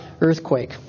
earthquake